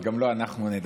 אז גם לא אנחנו נדבר.